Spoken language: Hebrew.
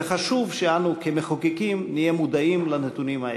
וחשוב שאנו כמחוקקים נהיה מודעים לנתונים האלה.